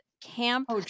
Camp